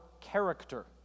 character